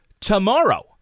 Tomorrow